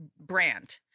brand